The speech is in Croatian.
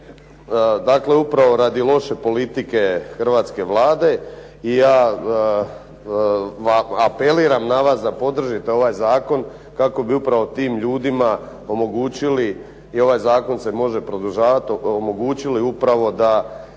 Dakle, upravo radi loše politike hrvatske Vlade i ja apeliram na vas da podržite ovaj zakon kako bi upravo tim ljudima omogućili i ovaj zakon se može produžavati, omogućili upravo da